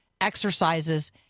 exercises